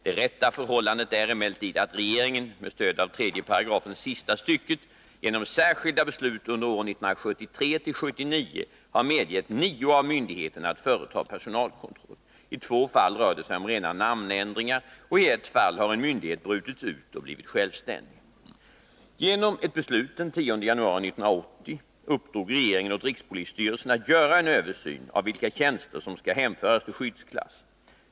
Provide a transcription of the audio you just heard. Det rätta förhållandet är emellertid att regeringen med stöd av 3 § sista stycket genom särskilda beslut under åren 1973-1979 har medgett nio av myndigheterna att företa personalkontroll. I två fall rör det sig om rena namnändringar, och i ett fall har en myndighet brutits ut och blivit självständig. Genom ett beslut den 10 januari 1980 uppdrog regeringen åt rikspolisstyrelsen att göra en översyn av vilka tjänster som skall hänföras till skyddsklass.